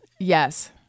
Yes